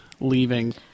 leaving